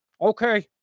okay